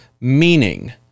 meaning